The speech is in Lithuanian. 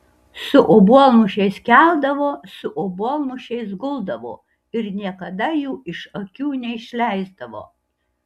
su obuolmušiais keldavo su obuolmušiais guldavo ir niekada jų iš akių neišleisdavo